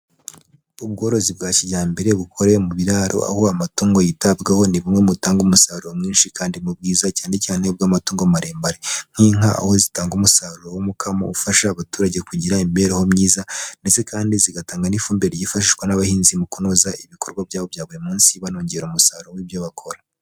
Ubworozi bwa kijyambere bukorewe mu biraro, aho amatungo yitabwaho, ni bumwe butanga umusaruro mwinshi kandi mu bwiza cyane cyane w’amatungo maremare nk’inka, aho zitanga umusaruro w’umukamo ufasha abaturage kugira imibereho myiza. Ndetse kandi, zigatanga n’ifumbire ifashishwa n’abahinzi mu kunoza ibikorwa byabo bya buri munsi, banongera umusaruro w’ibyo bakora.